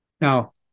Now